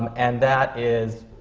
and that is,